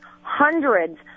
hundreds